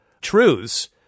truths